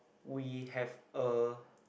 we have a